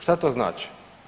Što to znači?